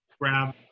grab